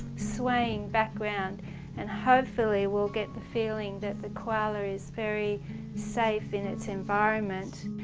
swaying background and hopefully we'll get the feeling that the koala is very safe in its environment.